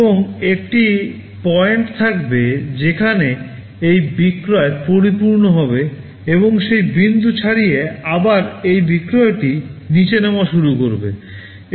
এবং একটি পয়েন্ট থাকবে যেখানে এই বিক্রয় পরিপূর্ণ হবে এবং সেই বিন্দু ছাড়িয়ে আবার এই বিক্রয়টি নিচে নামা শুরু করবে